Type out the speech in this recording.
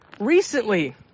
recently